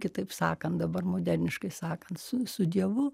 kitaip sakant dabar moderniškai sakant su su dievu